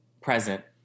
present